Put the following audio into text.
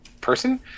person